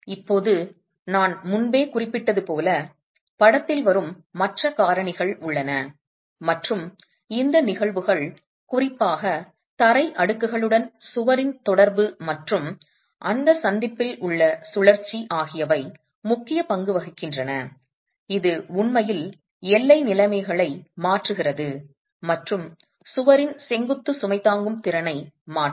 இப்போது நான் முன்பே குறிப்பிட்டது போல படத்தில் வரும் மற்ற காரணிகள் உள்ளன மற்றும் இந்த நிகழ்வுகள் குறிப்பாக தரை அடுக்குகளுடன் சுவரின் தொடர்பு மற்றும் அந்த சந்திப்பில் உள்ள சுழற்சி ஆகியவை முக்கிய பங்கு வகிக்கின்றன இது உண்மையில் எல்லை நிலைமைகளை மாற்றுகிறது மற்றும் சுவரின் செங்குத்து சுமை தாங்கும் திறனை மாற்றும்